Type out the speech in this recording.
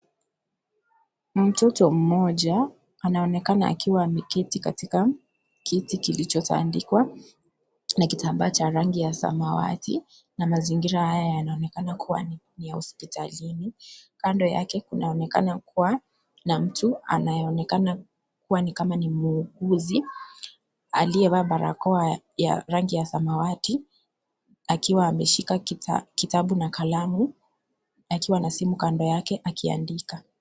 Mtoto mmoja, anaonekana akiwa ameketi katika, kiti kilicho tandikwa, na kitambaa cha rangi ya samawati, na mazingira haya yanaonekana kuwa ni ya hospitalini, kando yake kunaonekana kuwa, na mtu, anayeonekana, kuwa ni kama ni muuguzi, aliyevaa barakoa ya, rangi ya samawati, akiwa ameshika kitabu na kalamu, akiwa na simu kando yake akiandika.